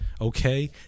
Okay